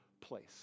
place